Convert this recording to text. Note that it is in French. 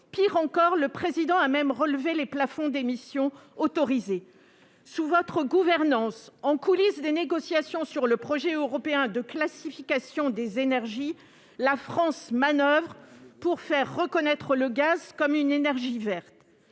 Président de la République a même relevé les plafonds d'émission autorisés ! Sous votre gouvernance, en coulisses des négociations sur le projet européen de classification des énergies, la France manoeuvre pour faire reconnaître le gaz comme une énergie verte.